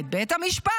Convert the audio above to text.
את בית המשפט,